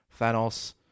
Thanos